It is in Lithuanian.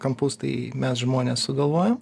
kampus tai mes žmonės sugalvojom